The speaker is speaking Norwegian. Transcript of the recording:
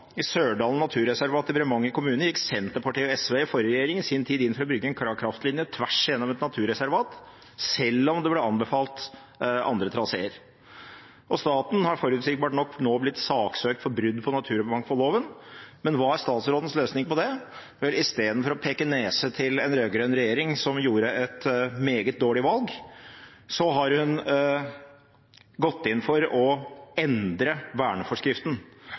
I Sørdalen naturreservat i Bremanger kommune gikk Senterpartiet og SV i forrige regjering i sin tid inn for å bygge en kraftlinje tvers igjennom et naturreservat, selv om det ble anbefalt andre traseer. Staten har – forutsigbart nok – nå blitt saksøkt for brudd på naturmangfoldloven, men hva er statsrådens løsning på det? Vel, i stedet for å peke nese til en rød-grønn regjering som gjorde et meget dårlig valg, har hun gått inn for å endre verneforskriften